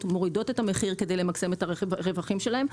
מורידות את המחיר כדי למקסם את הרווחים שלהן,